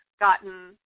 gotten